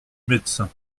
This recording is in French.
médecin